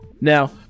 Now